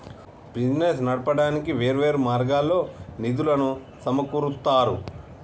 business నడపడానికి వేర్వేరు మార్గాల్లో నిధులను సమకూరుత్తారు